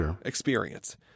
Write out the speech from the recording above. experience